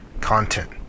content